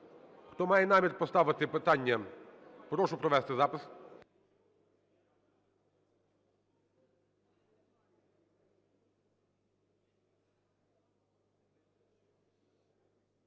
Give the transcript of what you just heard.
Хто має намір поставити питання, прошу провести запис.